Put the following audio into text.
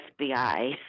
FBI